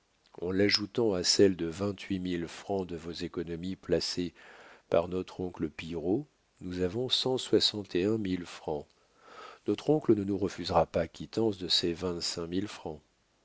en l'ajoutant à celle de vingt-huit mille francs de vos économies placés par notre oncle pillerault nous avons cent soixante et un mille francs notre oncle ne nous refusera pas quittance de ses vingt-cinq mille francs